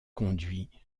conduit